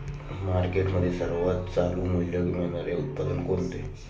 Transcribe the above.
मार्केटमध्ये सर्वात चालू मूल्य मिळणारे उत्पादन कोणते?